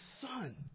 son